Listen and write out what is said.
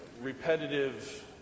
repetitive